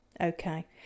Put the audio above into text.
Okay